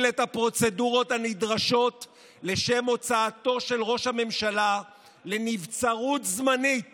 את הפרוצדורות הנדרשות לשם הוצאתו של ראש הממשלה לנבצרות זמנית